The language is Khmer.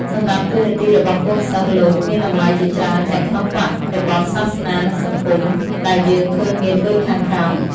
សម្រាប់តួនាទីរបស់កូនសិស្សលោកមានតម្លៃជាច្រើនទាំងក្នុងបរិបទសាសនានិងសង្គម ដែលយើងឃើញមានដូចខាងក្រោម។